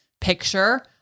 picture